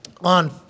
on